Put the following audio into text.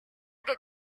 que